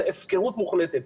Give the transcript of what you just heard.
זאת הפקרות מוחלטת.